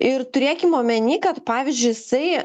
ir turėkim omeny kad pavyzdžiui jisai